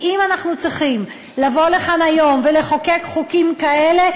אם אנחנו צריכים לבוא כאן היום ולחוקק חוקים כאלה,